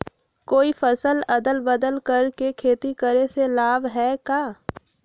कोई फसल अदल बदल कर के खेती करे से लाभ है का?